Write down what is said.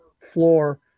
floor